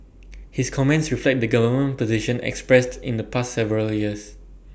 his comments reflect the government position expressed in the past several years